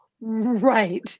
Right